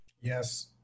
Yes